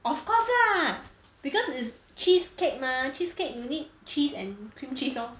of course lah because it's cheesecake mah cheesecake you need cheese and cream cheese lor